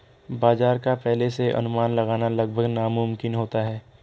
बाजार का पहले से अनुमान लगाना लगभग नामुमकिन होता है